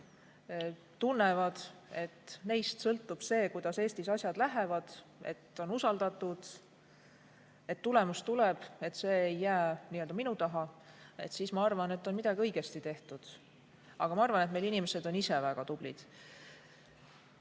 tunnevad, et neist sõltub see, kuidas Eestis asjad lähevad, et nad on usaldatud, et tulemus tuleb, see ei jää minu taha –, siis ma arvan, et on midagi õigesti tehtud. Aga ma arvan, et meie inimesed on ise väga